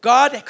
God